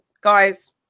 guys